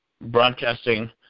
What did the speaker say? broadcasting